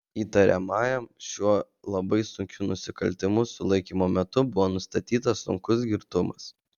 įtariamajam šiuo labai sunkiu nusikaltimu sulaikymo metu buvo nustatytas sunkus girtumas